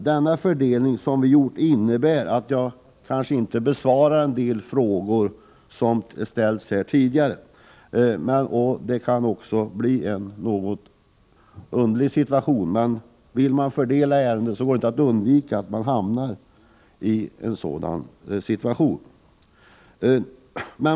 Den fördelning som vi har gjort kan innebära att jag inte besvarar en del av de frågor som har ställts här tidigare, och det kanske verkar litet underligt. Men om man vill dela upp ett ärende går det inte att undvika att hamna i en sådan situation.